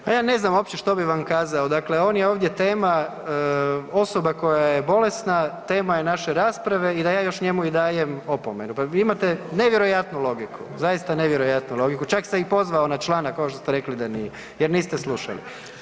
Pa ja ne znam opće što bi vam kazao, dakle on je ovdje tema, osoba koja je bolesna tema je naše rasprave i da još njemu i dajem opomenu, pa imate nevjerojatnu logiku, zaista nevjerojatnu logiku, čak se i pozvao na članak kao što ste rekli da nije jer niste slušali.